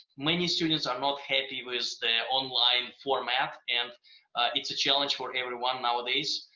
many students are not happy with their online format, and it's a challenge for everyone nowadays.